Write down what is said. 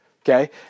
Okay